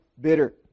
bitter